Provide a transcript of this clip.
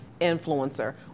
influencer